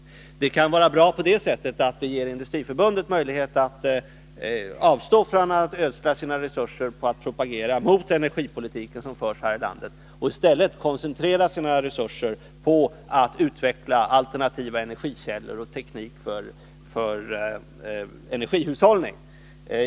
Det kan vara bra på det sättet att vi ger Industriförbundet möjlighet att avstå från att ödsla resurser på att propagera mot den energipolitik som förs här i landet och i stället koncentrera dem på att utveckla alternativa energikällor och teknik för energihushållning.